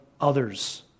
others